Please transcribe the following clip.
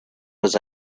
was